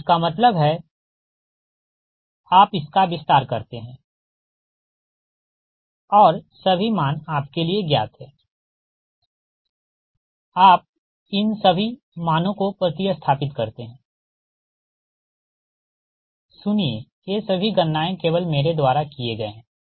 तो इसका मतलब है आप इसका विस्तार करते हैं और सभी मान आपके लिए ज्ञात हैं आप इन सभी मानों को प्रति स्थापित करते हैं सुनिए ये सभी गणनाएँ केवल मेरे द्वारा किए गए हैं